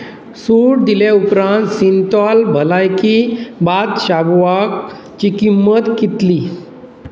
सूट दिले उपरांत सिंतॉल भलायकी बाथ शाबवाक ची किंमत कितली